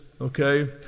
okay